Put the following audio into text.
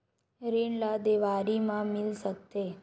ऋण ला देवारी मा मिल सकत हे